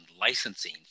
licensing